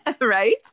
Right